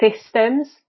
systems